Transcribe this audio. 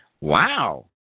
wow